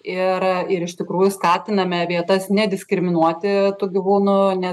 ir ir iš tikrųjų skatiname vietas nediskriminuoti tų gyvūnų nes